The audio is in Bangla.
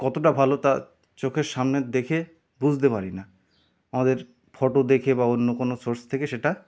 কতটা ভালো তা চোখের সামনে দেখে বুঝতে পারি না আমাদের ফটো দেখে বা অন্য কোনো সোর্স থেকে সেটা